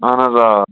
اہن حظ آ